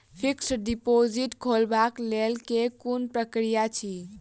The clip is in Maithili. फिक्स्ड डिपोजिट खोलबाक लेल केँ कुन प्रक्रिया अछि?